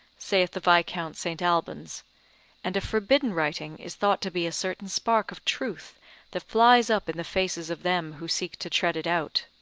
saith the viscount st. albans and a forbidden writing is thought to be a certain spark of truth that flies up in the faces of them who seek to tread it out.